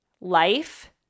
Life